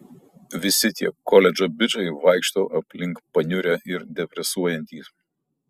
visi tie koledžo bičai vaikšto aplink paniurę ir depresuojantys